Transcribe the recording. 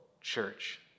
church